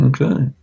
Okay